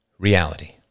reality